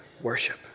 worship